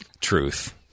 Truth